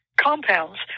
Compounds